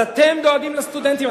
אז אתם דואגים לסטודנטים?